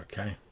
Okay